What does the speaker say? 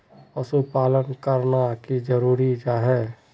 पशुपालन करना की जरूरी जाहा?